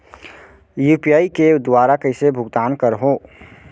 UPI के दुवारा कइसे भुगतान करहों?